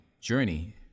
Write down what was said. journey